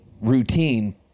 routine